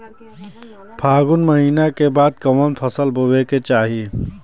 फागुन महीना के बाद कवन फसल बोए के चाही?